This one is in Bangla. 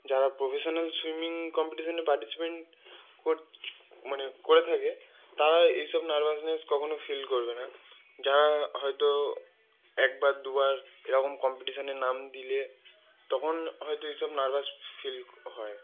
যারা প্রফেশনাল সুইমিং কম্পিটিশানে পার্টিসিপেট করছ মানে করে থাকে তারা এইসব নার্ভাসনেস কখনও ফিল করবে না যারা হয়তো একবার দুবার এরকম কম্পিটিশানে নাম দিলে তখন হয়তো এইসব নার্ভাস ফিল হয়